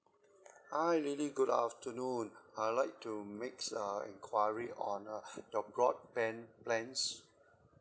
hi lily good afternoon I'd like to makes uh enquiry on uh your broadband plans